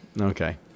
Okay